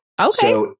Okay